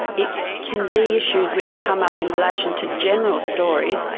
it can be issues which come up in relation to general stories,